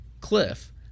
Cliff